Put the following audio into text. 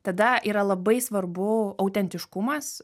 tada yra labai svarbu autentiškumas